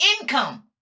income